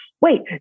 wait